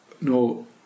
No